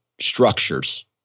structures